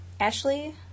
Ashley